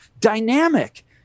dynamic